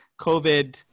COVID